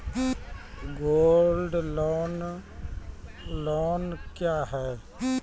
Gold loan loan क्या हैं?